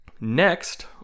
Next